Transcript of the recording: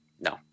no